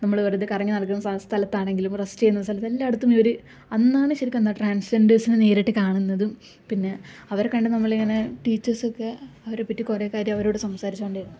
നമ്മള് വെറുതെ കറങ്ങി നടക്കുന്ന സ്ഥലത്താണെങ്കിലും റസ്റ്റ് ചെയ്യുന്ന സ്ഥലത്ത് എല്ലായിടത്തും ഇവര് അന്നാണ് ശരിക്കും എന്താ ട്രാന്സ്ജെന്ഡേഴ്സിനെ നേരിട്ട് കാണുന്നതും പിന്നെ അവര്ക്ക് വേണ്ടി നമ്മള് ഇങ്ങനെ ടീച്ചേഴ്സൊക്കെ അവരെ പറ്റി കുറെ കാര്യം അവരോടു സംസാരിച്ചു കൊണ്ടേയിരുന്നു